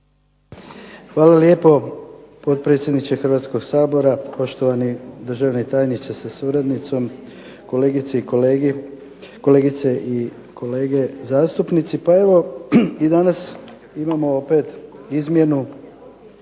Hvala lijepa potpredsjedniče Hrvatskoga sabora, poštovani državni tajniče sa suradnicom, kolegice i kolege zastupnici. Evo i danas imamo opet izmjenu